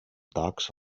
tocs